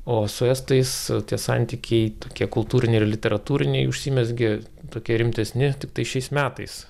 o su estais tie santykiai tokie kultūriniai ir literatūriniai užsimezgė tokie rimtesni tiktai šiais metais